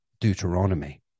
Deuteronomy